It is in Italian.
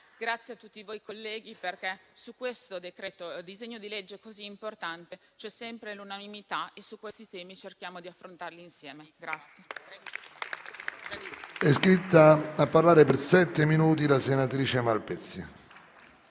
Grazie a tutti voi, colleghi, perché su un disegno di legge così importante c'è sempre l'unanimità e questi temi cerchiamo di affrontarli insieme.